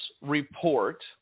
report